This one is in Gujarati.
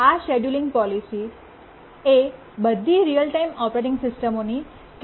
આ શેડ્યૂલિંગ પોલિસી એ બધી રીઅલ ટાઇમ ઓપરેટિંગ સિસ્ટમોની કેન્દ્રિય આવશ્યકતા છે